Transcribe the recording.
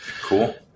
Cool